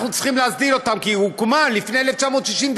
אנחנו צריכים להסדיר אותה כי היא הוקמה לפני 1964,